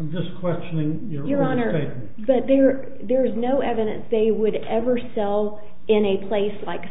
this question your honor but there there is no evidence they would ever sell in a place like